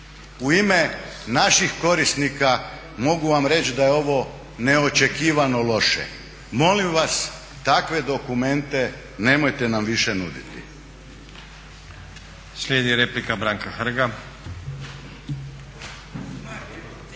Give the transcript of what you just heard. U ime naših korisnika mogu vam reći da je ovo neočekivano loše. Molim vas takve dokumente nemojte nam više nuditi. **Stazić, Nenad